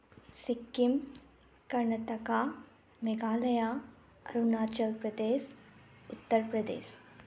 Sikkim Karnataka Meghalaya Arunachal Pradesh Uttar Pradesh